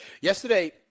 Yesterday